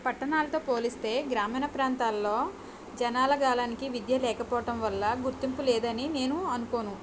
పట్టణాలతో పోలిస్తే గ్రామీణ ప్రాంతాలలో జనాలగాలనికి విద్య లేకపోవటం వల్ల గుర్తింపు లేదని నేను అనుకోను